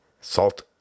Salt